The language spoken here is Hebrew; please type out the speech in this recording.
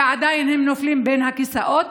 ועדיין הם נופלים בין הכיסאות.